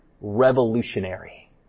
Revolutionary